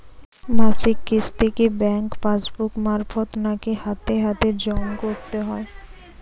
মাসিক কিস্তি কি ব্যাংক পাসবুক মারফত নাকি হাতে হাতেজম করতে হয়?